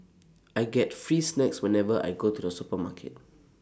I get free snacks whenever I go to the supermarket